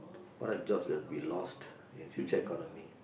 what are jobs that we lost in future economy